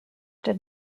did